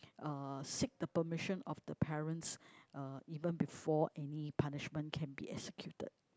uh seek the permission of the parents uh even before any punishment can be executed